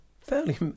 fairly